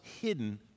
hidden